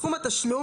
סכום התשלום,